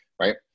right